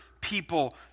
people